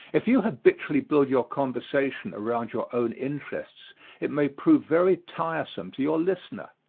if you habitually build your conversation around your own interests it may prove very tiresome to your listener.